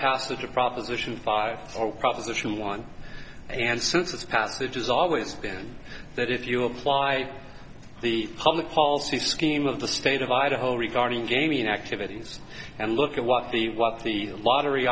passage of proposition five or proposition one and since its passage is always been that if you apply the public policy scheme of the state of idaho regarding gaming activities and look at what the what the lottery